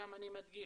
שם אני מדגיש,